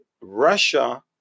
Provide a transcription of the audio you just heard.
Russia